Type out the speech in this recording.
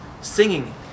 singing